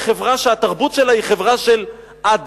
אנחנו נמצאים בחברה שהתרבות שלה היא חברה של הדחה.